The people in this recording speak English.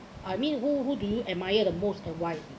I mean who who do you admire the most and why